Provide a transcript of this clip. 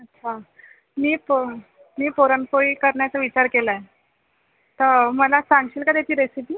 अच्छा मी प मी पुरणपोळी करण्याचा विचार केला आहे तर मला सांगशील का त्याची रेसिपी